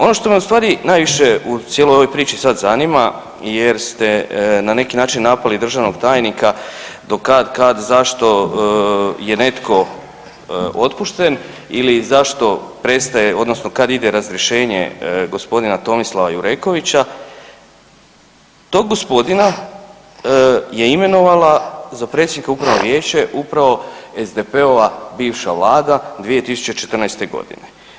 Ono što me u stvari najviše u cijeloj ovoj priči sad zanima jer ste na neki način napali državnog tajnika do kad, kad, zašto je netko otpušten ili zašto prestaje odnosno kad ide razrješenja gospodina Tomislava Jurekovića, tog gospodina je imala za predsjednika upravnog vijeća upravo SDP-ova bivša vlada 2014. godine.